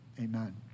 amen